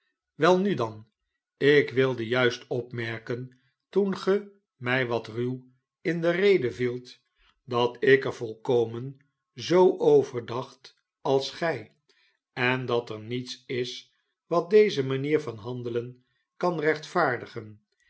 welnu dan ik wilde juist opmerken toen ge mij wat ruw in de rede vielt dat ik er volkomen zoo over dacht als gij en dat er niets is wat deze manier van handelen kan rechtvaardigen